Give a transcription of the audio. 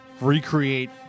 recreate